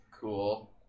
Cool